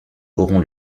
aurons